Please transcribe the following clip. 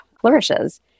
flourishes